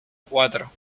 cuatro